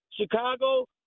Chicago